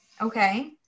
Okay